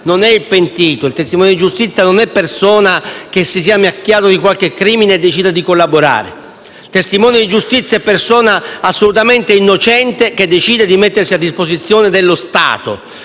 non è il pentito e non è persona che si sia macchiata di qualche crimine e abbia deciso di collaborare. Il testimone di giustizia è persona assolutamente innocente che decide di mettersi a disposizione dello Stato.